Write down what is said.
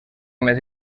més